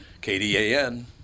K-D-A-N